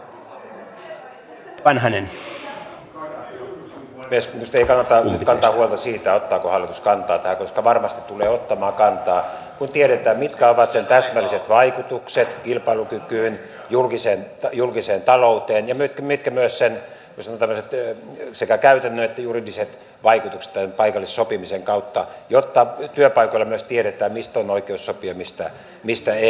minusta ei kannata nyt kantaa huolta siitä ottaako hallitus kantaa tähän koska varmasti se tulee ottamaan kantaa sitten kun tiedetään mitkä ovat sen täsmälliset vaikutukset kilpailukykyyn ja julkiseen talouteen ja mitkä myös sen tämmöiset sekä käytännön että juridiset vaikutukset tämän paikallissopimisen kautta jotta työpaikoilla myös tiedetään mistä on oikeus sopia ja mistä ei